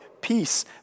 peace